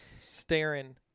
staring